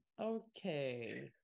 okay